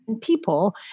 people